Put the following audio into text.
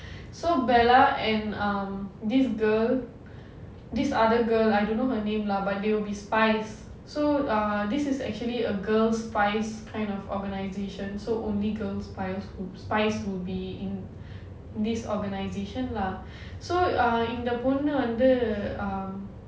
so bella and um this girl this other girl I don't know her name lah but they will be spies so err this is actually a girl spies kind of organisation so only girl spies who spies will be in this organisation lah so ah இந்த பொண்ணு வந்து:indha ponnu vandhu err